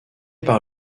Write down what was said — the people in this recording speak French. par